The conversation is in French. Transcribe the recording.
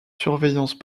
surveillance